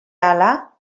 ahala